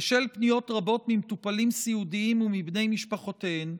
בשל פניות רבות ממטופלים סיעודיים ומבני משפחותיהם,